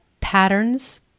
patterns